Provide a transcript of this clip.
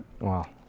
Wow